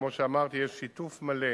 כמו שאמרתי, יש שיתוף מלא